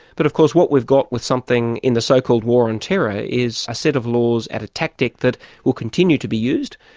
but, of course, what we've got with something in the so-called war on terror is a set of laws and a tactic that will continue to be used,